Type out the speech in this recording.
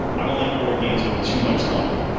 i don't like board games with too much luck.